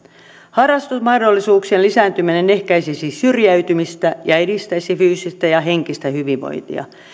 harrastusmahdollisuuksien lisääntyminen ehkäisisi syrjäytymistä ja edistäisi fyysistä ja henkistä hyvinvointia